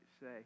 say